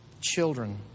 children